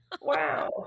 Wow